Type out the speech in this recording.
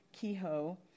Kehoe